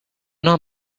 not